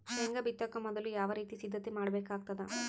ಶೇಂಗಾ ಬಿತ್ತೊಕ ಮೊದಲು ಯಾವ ರೀತಿ ಸಿದ್ಧತೆ ಮಾಡ್ಬೇಕಾಗತದ?